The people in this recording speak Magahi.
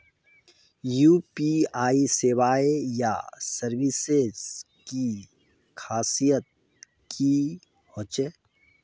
यु.पी.आई सेवाएँ या सर्विसेज की खासियत की होचे?